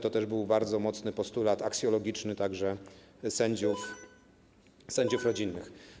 To też był bardzo mocny postulat aksjologiczny, także sędziów rodzinnych.